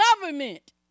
government